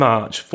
March